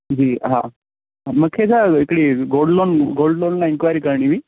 जी हा मूंखे छा हिकिड़ी गोल्ड लोन गोल्ड लोन लाइ इन्क्वाएरी करिणी हुई